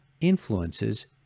influences